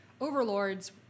overlords